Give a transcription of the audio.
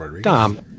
Dom